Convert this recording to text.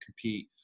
compete